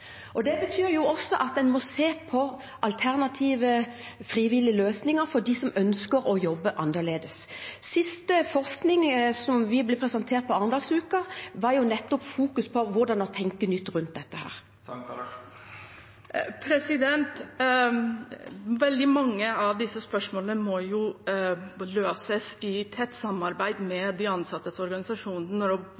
Det betyr at en må se på alternative frivillige løsninger for dem som ønsker å jobbe annerledes. Siste forskning vi ble presentert for på Arendalsuka, fokuserte nettopp på hvordan man kan tenke nytt rundt dette. Det vert opna for oppfølgingsspørsmål – først Sheida Sangtarash. Veldig mange av disse spørsmålene må jo løses i tett samarbeid med